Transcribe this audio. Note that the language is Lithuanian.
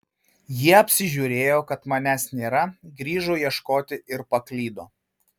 jie apsižiūrėjo kad manęs nėra grįžo ieškoti ir paklydo